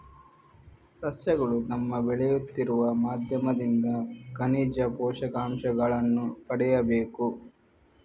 ಸಸ್ಯಗಳು ತಮ್ಮ ಬೆಳೆಯುತ್ತಿರುವ ಮಾಧ್ಯಮದಿಂದ ಖನಿಜ ಪೋಷಕಾಂಶಗಳನ್ನು ಪಡೆಯಬೇಕು